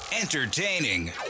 entertaining